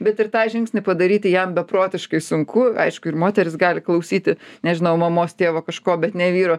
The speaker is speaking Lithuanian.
bet ir tą žingsnį padaryti jam beprotiškai sunku aišku ir moteris gali klausyti nežinau mamos tėvo kažko bet ne vyro